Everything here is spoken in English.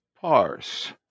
parse